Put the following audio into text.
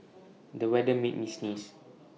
the weather made me sneeze